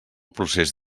procés